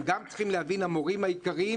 גם צריכים להבין המורים העיקריים,